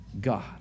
God